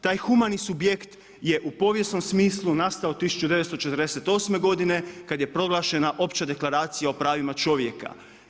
Taj humani subjekt je u povijesnom smislu nastao 1948. godine kad je proglašena opća Deklaracija o pravima čovjeka.